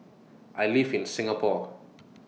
I live in Singapore